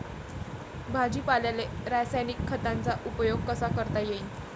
भाजीपाल्याले रासायनिक खतांचा उपयोग कसा करता येईन?